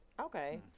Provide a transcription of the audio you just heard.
Okay